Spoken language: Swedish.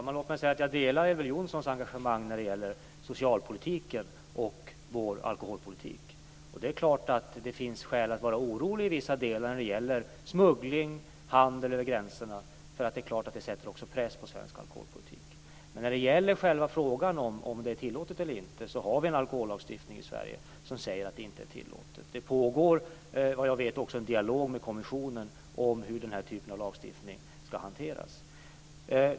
Fru talman! Jag delar Elver Jonssons engagemang för socialpolitiken och Sveriges alkoholpolitik. Det är klart att det finns skäl att vara orolig för vissa delar. Det gäller t.ex. smuggling och handel över gränserna. Detta sätter självfallet press på svensk alkoholpolitik. Men när det gäller själva frågan om huruvida detta är tillåtet eller inte har vi en alkohollagstiftning i Sverige som säger att det inte är tillåtet. Vad jag vet pågår en dialog med kommissionen om hur den här typen av lagstiftning skall hanteras.